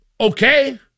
okay